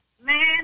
Man